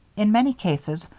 in many cases,